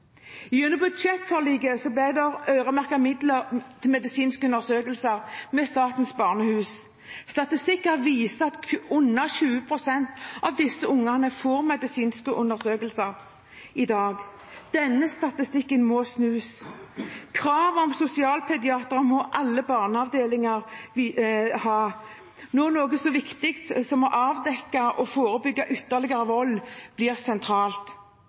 Gjennom budsjettforliket ble det øremerket midler til medisinske undersøkelser ved Statens barnehus. Statistikken viser at under 20 pst. av disse barna får medisinske undersøkelser i dag. Denne statistikken må snus. Kravet om sosialpediater må alle barneavdelinger ha når noe så viktig som å avdekke og forebygge ytterligere vold blir sentralt.